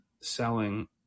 selling